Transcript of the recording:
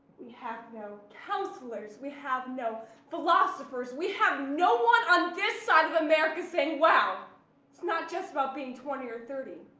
we have no counselors, we have no philosophers, we have no one on this side of america saying, wow, it's not just about being twenty or thirty,